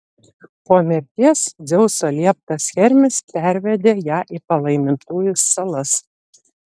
po mirties dzeuso lieptas hermis pervedė ją į palaimintųjų salas